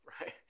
right